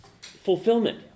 fulfillment